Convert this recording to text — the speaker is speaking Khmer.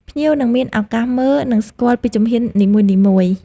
ភ្ញៀវនឹងមានឱកាសមើល និងស្គាល់ពីជំហាននីមួយៗ